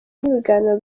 n’ibiganiro